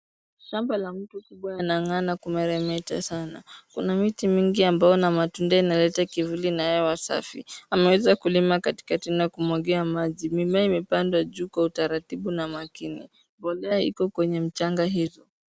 Shamba kuwa la mtu linangaa na kumeremeta sana kuna miti mingi ya mbao na matunda yakileta kivuli na hewa safi ameweza kulima katikati na kumwagia maji mimea imepandwa juu kwa utaratibu na makini mbolea iko kwenye mchanga hii